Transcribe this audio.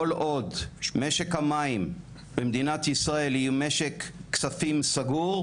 כל עוד משק המים במדינת ישראל יהיה משק כספים סגור,